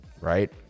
right